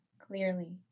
clearly